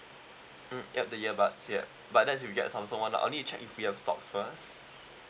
mm yup the earbud ya but that's you get Samsung [one] lah only it check if we have stocks first